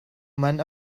man